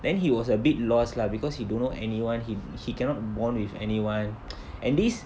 then he was a bit lost lah because he don't know anyone he he cannot bond with anyone and this